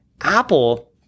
Apple